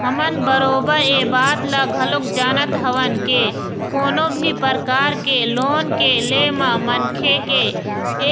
हमन बरोबर ऐ बात ल घलोक जानत हवन के कोनो भी परकार के लोन के ले म मनखे के